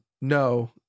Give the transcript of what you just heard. no